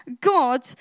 God